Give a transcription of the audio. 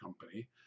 Company